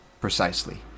precisely